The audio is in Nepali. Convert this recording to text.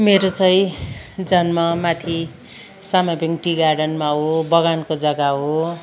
मेरो चाहिँ जन्म माथि सामाबिन टी गार्डनमा हो बगानको जग्गा हो